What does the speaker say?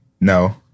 No